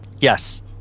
yes